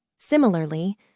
Similarly